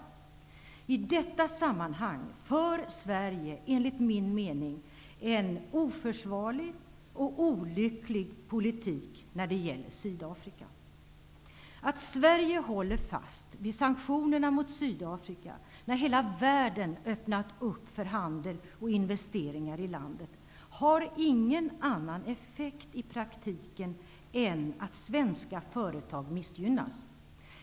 Mot denna bakgrund för Sverige enligt min mening en oförsvarlig och olycklig politik i fråga om Att Sverige håller fast vid sanktionerna mot Sydafrika när hela världen öppnat upp för handel och investeringar i landet har ingen annan effekt i praktiken än att svenska företag missgynnas.